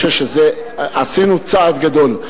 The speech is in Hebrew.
עשינו צעד גדול.